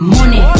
Money